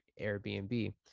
Airbnb